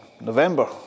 November